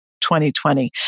2020